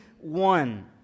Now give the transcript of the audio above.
one